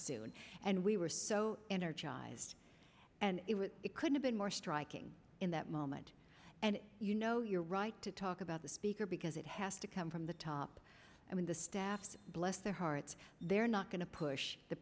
soon and we were so energized and it could have been more striking in that moment and you know you're right to talk about the speaker because it has to come from the top i mean the staffs bless their hearts they're not going to push the